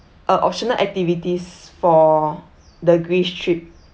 uh optional activities for the greece trip